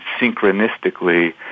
synchronistically